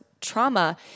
trauma